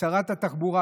שרת התחבורה,